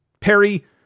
Perry